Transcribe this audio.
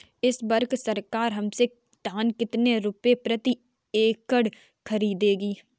इस वर्ष सरकार हमसे धान कितने रुपए प्रति क्विंटल खरीदेगी?